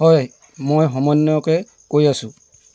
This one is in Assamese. হয় মই সমন্বয়কে কৈ আছোঁ